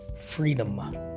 freedom